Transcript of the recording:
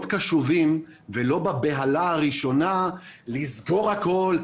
קשובים ולא בבהלה הראשונה לסגור הכול,